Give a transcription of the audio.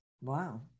Wow